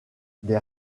des